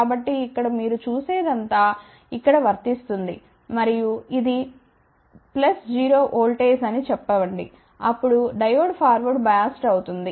కాబట్టి ఇక్కడ మీరు చేసేదంతా ఇక్కడ వర్తిస్తుంది మరియు ఇది 0 ఓల్టేజ్ అని చెప్పండి అప్పుడు డయోడ్ ఫార్వర్డ్ బయాస్డ్ అవుతుంది